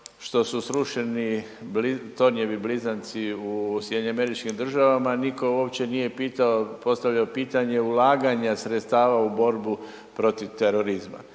što su srušeni tornjevi blizanci u SAD-u nitko uopće nije pitao, postavljao pitanje ulaganja sredstava u borbu protiv terorizma.